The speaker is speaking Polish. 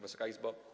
Wysoka Izbo!